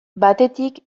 batetik